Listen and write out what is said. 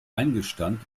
eingestand